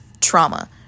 trauma